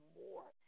more